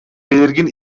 belirgin